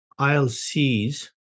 ILCs